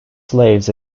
slaves